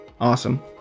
Awesome